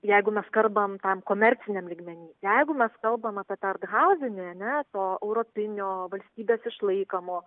jeigu mes kalbam tam komerciniam lygmeny jeigu mes kalbam apie tą arthauzinį ar ne to europinio valstybės išlaikomo